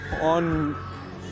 on